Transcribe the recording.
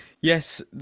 yes